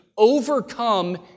overcome